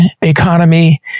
economy